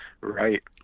Right